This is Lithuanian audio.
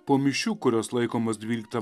po mišių kurios laikomos dvyliktą